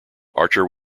archer